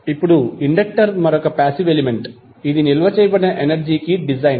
ఇప్పుడు ఇండక్టర్ మరొక passive element ఇది నిల్వ చేయబడిన ఎనర్జీ కి డిజైన్